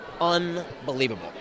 unbelievable